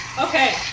Okay